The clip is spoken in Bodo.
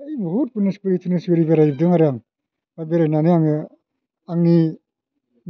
है बहुद गनेशगुरि थनेसगुरी बेरायहैदों आरो आं दा बेरायनानै आङो आंनि